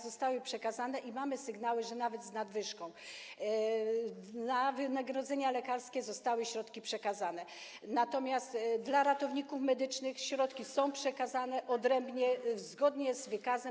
Zostały przekazane pielęgniarkom i mamy sygnały, że nawet z nadwyżką, na wynagrodzenia lekarskie zostały środki przekazane, natomiast dla ratowników medycznych środki są przekazane odrębnie, zgodnie z wykazem.